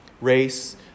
race